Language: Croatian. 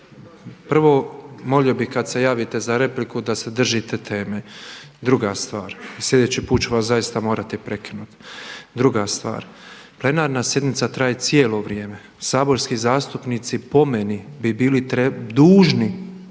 prvo molio bih kad se javite za repliku da se držite teme. Druga stvar, sljedeći put ću vas zaista morati prekinuti. Druga stvar, plenarna sjednica traje cijelo vrijeme. Saborski zastupnici po meni bi bili dužni